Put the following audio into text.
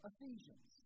Ephesians